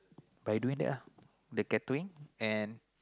by doing that uh the catering and